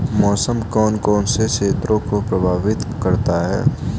मौसम कौन कौन से क्षेत्रों को प्रभावित करता है?